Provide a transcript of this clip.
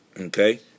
Okay